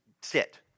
sit